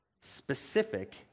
specific